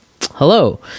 Hello